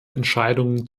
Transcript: entscheidungen